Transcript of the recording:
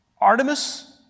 Artemis